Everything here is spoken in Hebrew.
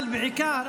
אבל בעיקר,